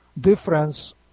difference